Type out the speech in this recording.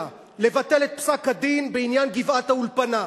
לבטל את פסק-הדין בעניין גבעת-האולפנה.